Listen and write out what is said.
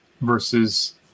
versus